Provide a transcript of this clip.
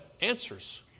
answers